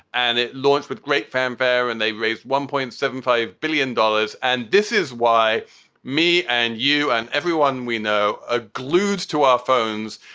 and it launched with great fanfare and they raised one point seventy five billion dollars. and this is why me and you and everyone we know are ah glued to our phones,